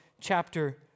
chapter